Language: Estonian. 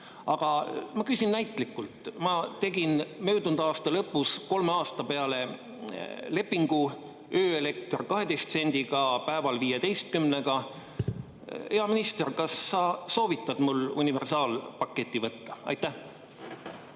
ma küsin näitlikult. Ma tegin möödunud aasta lõpus kolme aasta peale lepingu: ööelekter 12 sendiga, päeval 15‑ga. Hea minister! Kas sa soovitad mul universaalpaketi võtta? Aitäh,